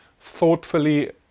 thoughtfully